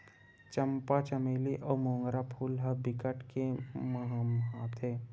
चंपा, चमेली अउ मोंगरा फूल ह बिकट के ममहाथे